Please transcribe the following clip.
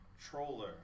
troller